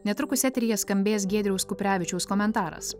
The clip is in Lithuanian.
netrukus eteryje skambės giedriaus kuprevičiaus komentaras